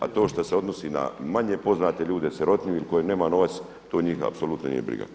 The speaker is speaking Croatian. A to što se odnosi na manje poznate ljude, sirotinju ili koji nema novac, to njih apsolutno nije briga.